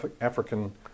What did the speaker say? African